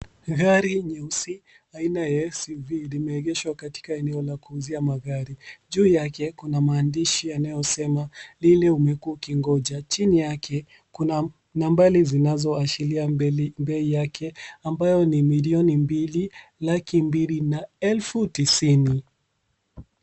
Gari nyeusi aina ya suv limeegeshwa katika eneo la kuuzia magari juu yake kuna maandishi yanayosema lile umekuwa ukingoja chini yake kuna nambari zinazoashiria bei yake ambayo ni milioni mbili laki mbili na elfu tisini.